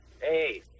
Hey